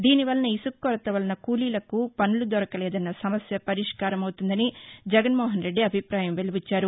దీనివలన ఇసుక కొరత వలన కూలీలకు పనుల దొరకలేదన్న సమస్య పరిష్కారమవుతుందని జగన్మోహన్రెడ్డి అభిప్రాయం వెలిబుచ్చారు